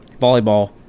volleyball